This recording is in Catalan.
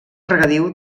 regadiu